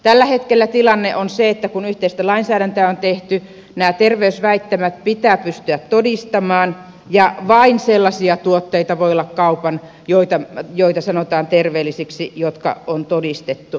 tällä hetkellä tilanne on se että kun yhteistä lainsäädäntöä on tehty nämä terveysväittämät pitää pystyä todistamaan ja vain sellaisia tuotteita voi olla kaupan joita sanotaan terveellisiksi jotka on todistettu